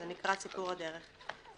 זה נקרא סיפור הדרך.